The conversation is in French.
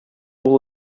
pour